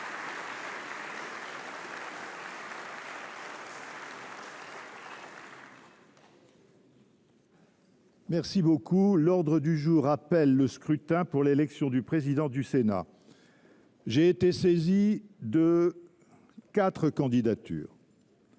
président. L’ordre du jour appelle le scrutin pour l’élection du président du Sénat. J’ai été saisi des candidatures